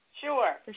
Sure